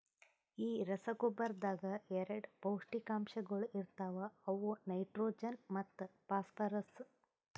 ಈ ರಸಗೊಬ್ಬರದಾಗ್ ಎರಡ ಪೌಷ್ಟಿಕಾಂಶಗೊಳ ಇರ್ತಾವ ಅವು ನೈಟ್ರೋಜನ್ ಮತ್ತ ಫಾಸ್ಫರ್ರಸ್